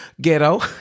ghetto